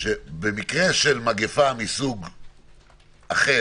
שבמקרה של מגפה מסוג אחר,